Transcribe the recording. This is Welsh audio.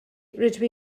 rydw